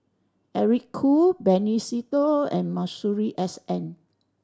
Eric Khoo Benny Se Teo and Masuri S N